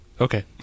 Okay